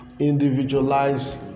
individualize